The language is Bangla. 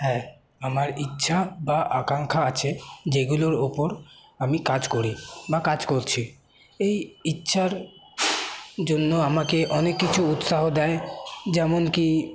হ্যাঁ আমার ইচ্ছা বা আকাঙ্ক্ষা আছে যেগুলোর ওপর আমি কাজ করি বা কাজ করছি এই ইচ্ছার জন্য আমাকে অনেক কিছু উৎসাহ দেয় যেমন কি